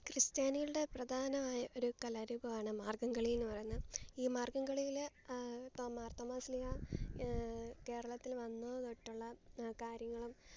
ക്രിസ്ത്യാനികളുടെ പ്രധാനമായ ഒരു കലാരൂപമാണ് മാർഗ്ഗം കളിയെന്ന് പറയുന്നത് ഈ മാർഗ്ഗം കളിയിൽ ഇപ്പോൾ മാർത്തോമാ ശ്ലീഹാ കേരളത്തിൽ വന്നത് തൊട്ടുള്ള കാര്യങ്ങളും